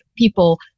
people